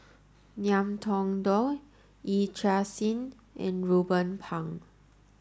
Ngiam Tong Dow Yee Chia Hsing and Ruben Pang